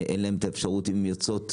או הכנסת מוצרי התמ"ל לסל הבריאות,